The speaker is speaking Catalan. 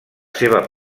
seva